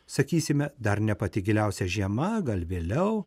sakysime dar ne pati giliausia žiema gal vėliau